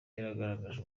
yaragaragaje